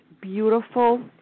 beautiful